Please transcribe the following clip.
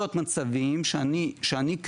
שאני,